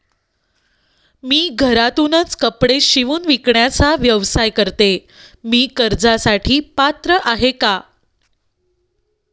मी घरातूनच कपडे शिवून विकण्याचा व्यवसाय करते, मी कर्जासाठी पात्र आहे का?